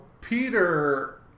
Peter